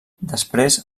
després